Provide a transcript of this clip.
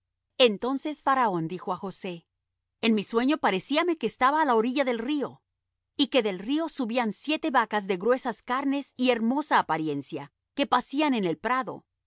entonces faraón dijo á josé en mi sueño parecíame que estaba á la orilla del río y que del río subían siete vacas de gruesas carnes y hermosa apariencia que pacían en el prado y